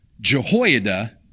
Jehoiada